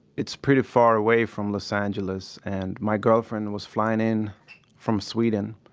it's pretty far away from los angeles. and my girlfriend was flying in from sweden,